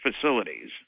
facilities